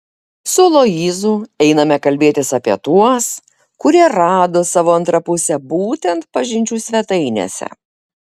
su aloyzu einame kalbėtis apie tuos kurie rado savo antrą pusę būtent pažinčių svetainėse